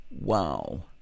wow